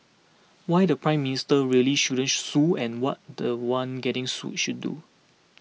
why the Prime Minister really shouldn't sue and what the one getting sued should do